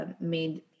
made